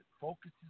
focuses